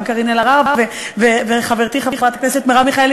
גם קארין אלהרר וחברתי חברת הכנסת מרב מיכאלי.